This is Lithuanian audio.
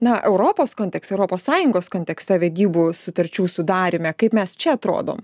na europos kontekste europos sąjungos kontekste vedybų sutarčių sudaryme kaip mes čia atrodom